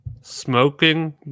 smoking